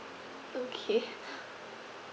okay